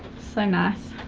so nice.